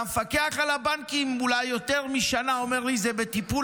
והמפקח על הבנקים אולי יותר משנה אומר לי: זה בטיפול,